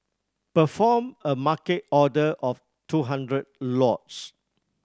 perform a Market order of two hundred lots